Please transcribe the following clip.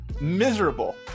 miserable